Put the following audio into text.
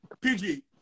pg